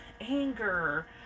anger